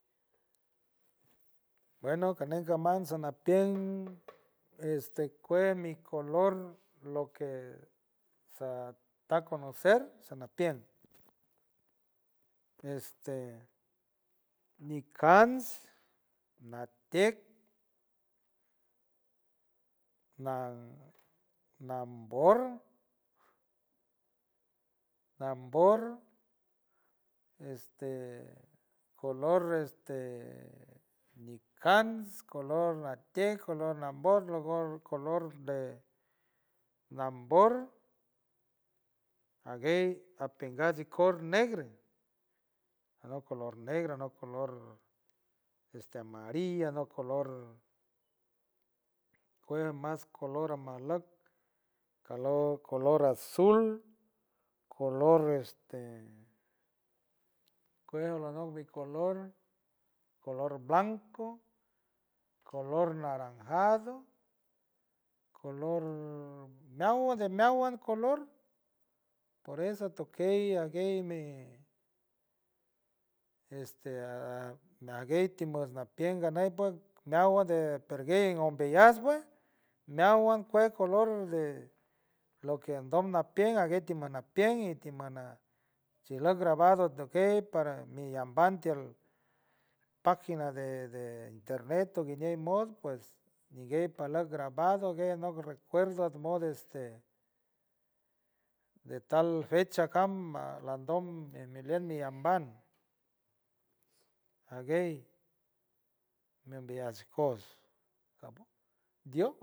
Bueno canejs saman somapier este cuen mi color loque satar conocer sanapierj, este nicans, na tiek, nan nanborg, nanbord, este color este micans color latieg color nambourg color. color, de color nambord aguey apeingay cor negro, alok color negro. alok color amarillo, alok color juera mas color amalok, color azul. color eshte cueloalojli color, color blanco, color naranjado, color meawande, meawand color por eso atokey aguey mi este meagueys timosna pienj ganeypiort meawuand de perguey ombeyajs puej meawuan puej color deloke ondoymapiej aliet ti mona piet itimana shilok grabado adokey para mi lambaim ti pagina de internet tu guiñei mos pues ñiguies palok grabado guey anok recuerdos mos este de tal fecha cam manlandom enmiliet mi ambajt aguey meumbiyash cos dio.